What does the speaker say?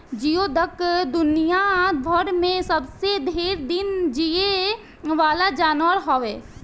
जियोडक दुनियाभर में सबसे ढेर दिन जीये वाला जानवर हवे